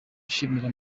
ishimira